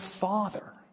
father